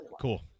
cool